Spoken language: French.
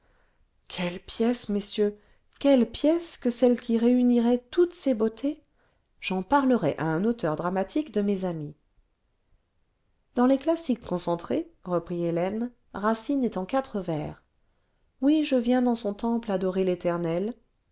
quelle pièce messieurs quelle pièce que celle qui réunirait toutes ces beautés j'en parlerai à un auteur dramatique de mes amis dans les classiques concentrés reprit hélène racine est en quatre vers oui je viens dans son temple adorer l'étemel